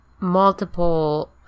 multiple